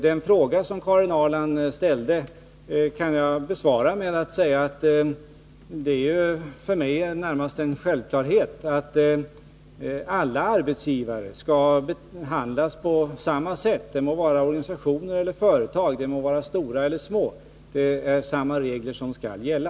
Den fråga Karin Ahrland ställde kan jag besvara med att säga att det är för mig närmast en självklarhet att alla arbetsgivare skall behandlas på samma sätt — det må vara organisationer eller företag, stora eller små. Samma regler skall gälla.